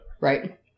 Right